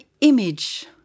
image